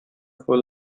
full